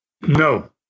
No